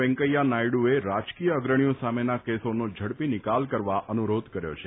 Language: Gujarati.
વેકેયાહ નાયડુએ રાજકીય અગ્રણીઓ સામેના કેસોનો ઝડપી નિકાલ કરવા અનુરોધ કર્યો છે